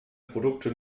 produkte